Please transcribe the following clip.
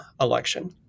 election